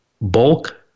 bulk